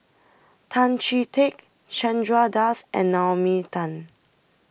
Tan Chee Teck Chandra Das and Naomi Tan